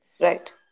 right